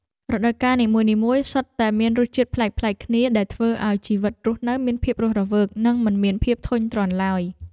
រដូវកាលនីមួយៗសុទ្ធតែមានរសជាតិប្លែកៗគ្នាដែលធ្វើឱ្យជីវិតរស់នៅមានភាពរស់រវើក និងមិនមានភាពធុញទ្រាន់ឡើយ។